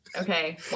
okay